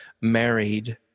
married